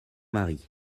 mari